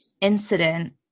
incident